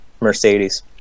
Mercedes